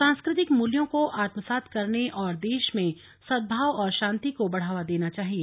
सांस्कृतिक मूल्यों को आत्मसात करने और देश में सद्भाव और शांति को बढ़ावा देना चाहिए